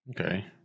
Okay